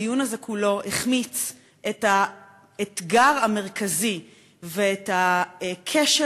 הדיון הזה כולו החמיץ את האתגר המרכזי ואת הכשל